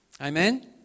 Amen